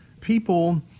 People